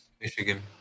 Michigan